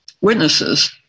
witnesses